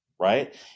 Right